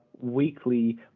weekly